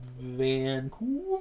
Vancouver